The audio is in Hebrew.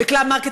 ב"קלאב מרקט",